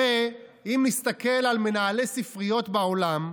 הרי אם נסתכל על מנהלי ספריות בעולם,